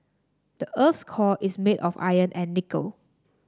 the earth's core is made of iron and nickel